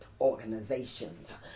organizations